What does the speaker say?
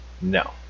No